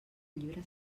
llibre